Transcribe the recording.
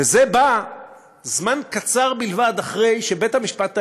וזה זמן קצר בלבד אחרי שבית-המשפט העליון,